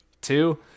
two